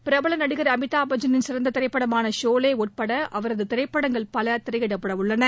பிரபல நடிகள் அமிதாபச்சின் சிறந்த திரைப்படமான சோலே உட்பட அவரது திரைப்படங்கள் பல திரையிடப்படவுள்ளன